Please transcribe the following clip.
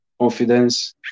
confidence